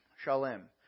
shalem